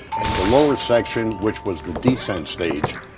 and the lower section, which was the descent stage.